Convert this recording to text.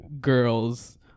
girls